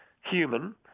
human